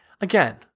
again